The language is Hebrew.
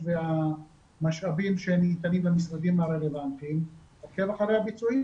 והמשאבים שניתנים למשרדים הרלוונטיים עוקב אחרי הביצועים